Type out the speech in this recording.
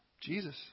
Jesus